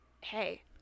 hey